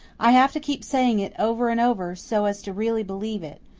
i have to keep saying it over and over, so as to really believe it.